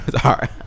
Sorry